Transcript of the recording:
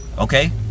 Okay